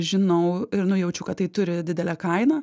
žinau i nujaučiu kad tai turi didelę kainą